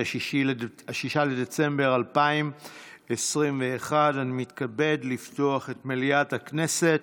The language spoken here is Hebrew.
6 בדצמבר 2021. אני מתכבד לפתוח את מליאת הכנסת.